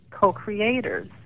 co-creators